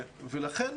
ולכן,